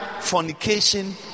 fornication